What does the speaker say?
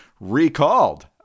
recalled